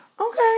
Okay